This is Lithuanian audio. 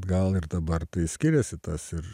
gal ir dabar tai skiriasi tas ir